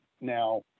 now